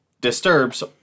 disturbs